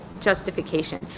justification